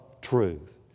truth